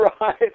right